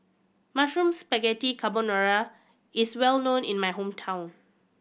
Mushroom Spaghetti Carbonara is well known in my hometown